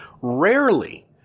Rarely